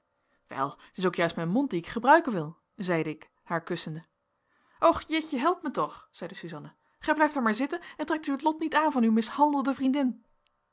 wel t is ook juist mijn mond dien ik gebruiken wil zeide ik haar kussende och jetje help mij toch zeide suzanna gij blijft daar maar zitten en trekt u het lot niet aan van uw mishandelde vriendin